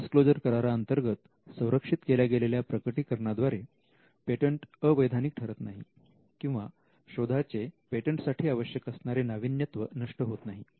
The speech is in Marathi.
नॉनडिस्क्लोजर करारांतर्गत संरक्षित केल्या गेलेल्या प्रकटीकरणा द्वारे पेटंट अवैधानिक ठरत नाही किंवा शोधाचे पेटंटसाठी आवश्यक असणारे नाविन्यत्व नष्ट होत नाही